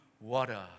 water